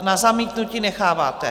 Na zamítnutí necháváte.